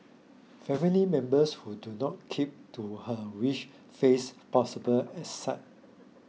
family members who do not keep to her wish face possible exile